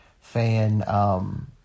fan